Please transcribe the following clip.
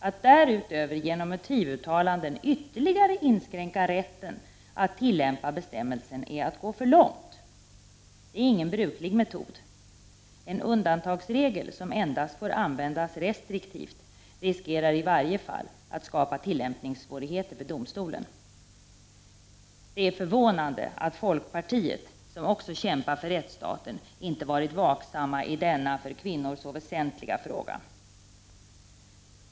Att därutöver genom motivuttalanden ytterligare inskränka rätten att tillämpa bestämmelsen är att gå för långt. Det är ingen bruklig metod. En undantagsregel som endast får användas restriktivt riskerar i varje fall att skapa tillämpningssvårigheter för domstolen. Det är förvånande att folkpartiet, som också kämpar för rättsstaten, inte har varit vaksam i denna för kvinnor så väsentliga fråga.